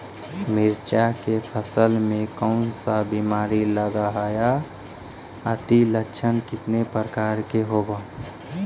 मीरचा के फसल मे कोन सा बीमारी लगहय, अती लक्षण कितने प्रकार के होब?